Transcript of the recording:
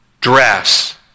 dress